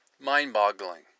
Mind-boggling